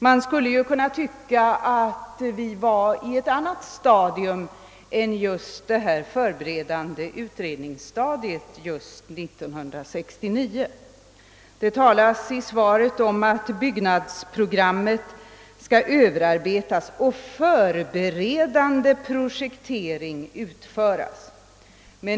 Man skulle kunna tycka att vi 1969 borde befinna oss i ett annat stadium än just det förberedande utredningsstadiet. Det talas i svaret om att byggnadsprogrammet skall »överarbetas och förberedande projektering utföras».